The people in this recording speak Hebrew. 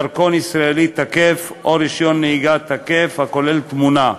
דרכון ישראלי תקף או רישיון נהיגה תקף הכולל תמונה.